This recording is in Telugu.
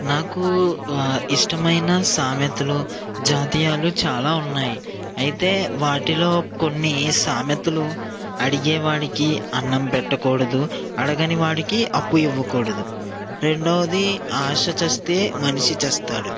నాకు ఇష్టమైన సామెతలు జాతీయాలు చాలా ఉన్నాయి అయితే వాటిలో కొన్ని సామెతలు అడిగేవాడికి అన్నం పెట్టకూడదు అడగనివాడికి అప్పు ఇవ్వకూడదు రెండవది ఆశ చస్తే మనిషి చస్తాడు